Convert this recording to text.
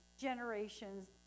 generations